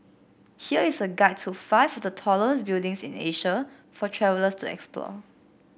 here is a guide to five of the tallest buildings in Asia for travellers to explore